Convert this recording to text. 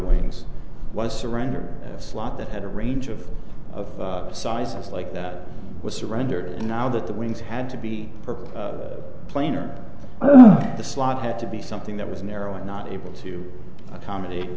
wings was a surrender slot that had a range of of sizes like that was surrendered and now that the wings had to be perfect plane or the slot had to be something that was narrow and not able to accommodate